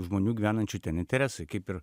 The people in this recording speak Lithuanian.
žmonių gyvenančių ten interesai kaip ir